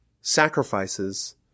sacrifices